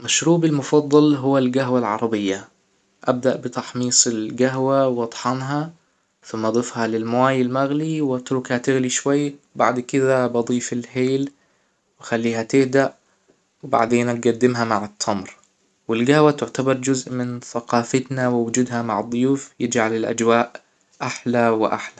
مشروبى المفضل هو الجهوة العربية أبدأ بتحميص الجهوة و أطحنها ثم أضيفها للماى المغلى و أتركها تغلى شوى بعد كده بضيف الهيل و أخليها تهدأ وبعدين أجدمها مع التمر والجهوة تعتبر جزء من ثقافتنا ووجودها مع الضيوف يجعل الأجواء أحلى و أحلى